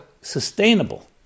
sustainable